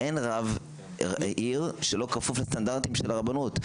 לא, לא, אין רב עיר שלא כפוף לסטנדרטים של הרבנות.